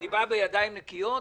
אני בא בידיים נקיות.